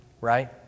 right